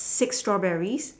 six strawberries